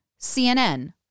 CNN